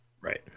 right